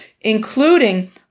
including